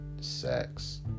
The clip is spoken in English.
sex